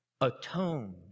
atone